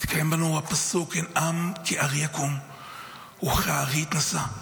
יתקיים בנו הפסוק: "הן עם כלביא יקום וכארי יתנשא".